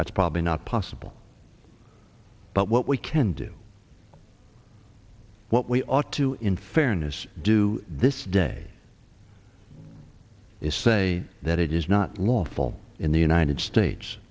that's probably not possible but what we can do what we ought to in fairness do this day is say that it is not lawful in the united states